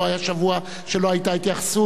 לא היה שבוע שלא היתה התייחסות,